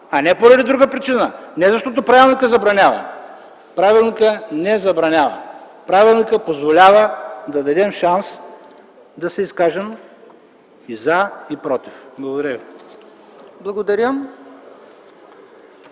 а не поради друга причина и не защото правилникът забранява. Правилникът не забранява. Правилникът позволява да дадем шанс да се изкажем и „за”, и „против”. Благодаря ви.